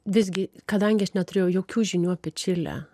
visgi kadangi aš neturėjau jokių žinių apie čilę